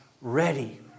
ready